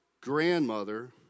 grandmother